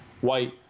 white